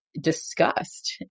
discussed